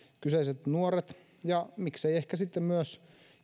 kyseiset nuoret ja miksei ehkä sitten myös